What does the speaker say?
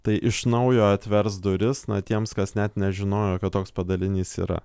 tai iš naujo atvers duris na tiems kas net nežinojo kad toks padalinys yra